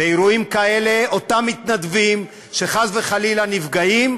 באירועים כאלה, אותם מתנדבים, שחס וחלילה נפגעים,